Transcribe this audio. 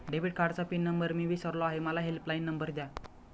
debit कार्डचा pin number मी विसरलो आहे मला हेल्पलाइन नंबर द्या